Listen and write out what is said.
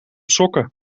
sokken